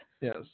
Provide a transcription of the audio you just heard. Yes